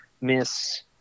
miss